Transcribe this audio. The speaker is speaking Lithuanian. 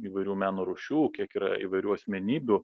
įvairių meno rūšių kiek yra įvairių asmenybių